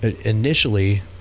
initially